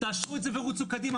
תאשרו את זה ורוצו קדימה,